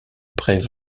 près